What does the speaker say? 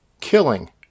killing